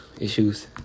issues